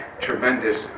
tremendous